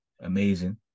amazing